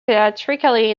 theatrically